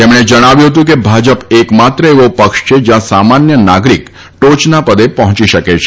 તેમણે જણાવ્યું હતું કે ભાજપ એક માત્ર એવો પક્ષ છે કે જેમાં સામાન્ય નાગરીક ટોયના પદે પહોંચી શકે છે